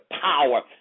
power